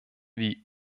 wie